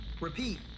Repeat